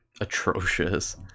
atrocious